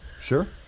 Sure